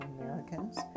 Americans